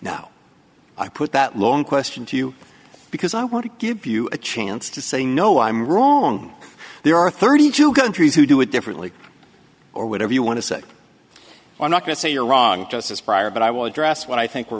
now i put that long question to you because i want to give you a chance to say no i'm wrong there are thirty two countries who do it differently or whatever you want to say i'm not going to say you're wrong just as prior but i will address what i think were